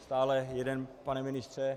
Stále jeden, pane ministře .